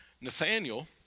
Nathaniel